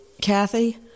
Kathy